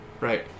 Right